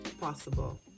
possible